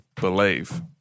believe